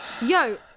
Yo